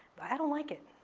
but i don't like it,